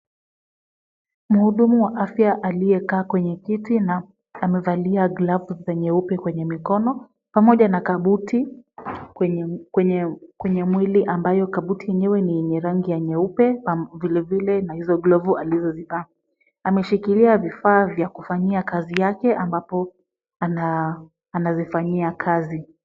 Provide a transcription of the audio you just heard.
Mhudumu wa afya aliyekaa kwenye kiti na amevalia glavu za nyeupe kwenye mikono pamoja na kabuti kwenye mwili ambayo kabuti yenyewe ni yenye rangi ya nyeupe vilevile na hizo glovu alizozivaa. Ameshikilia vifaa vya kufanyia kazi yake ambapo anazifanyia kazi.